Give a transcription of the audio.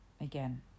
again